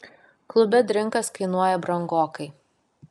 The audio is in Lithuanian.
klube drinkas kainuoja brangokai